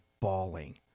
bawling